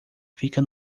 fica